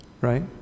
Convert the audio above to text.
right